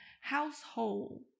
household